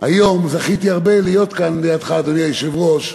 היום זכיתי להיות הרבה כאן לידך, אדוני היושב-ראש,